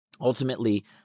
Ultimately